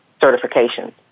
certifications